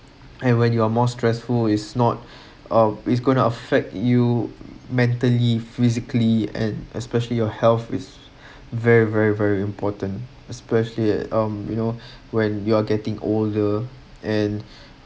and when you are more stressful is not uh it's gonna affect you mentally physically and especially your health is very very very important especially at um you know when you are getting older and